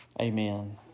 Amen